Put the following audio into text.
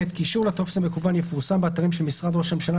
(ב) קישור לטופס המקוון יפורסם באתרים של משרד ראש הממשלה,